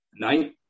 night